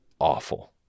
awful